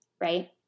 right